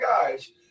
guys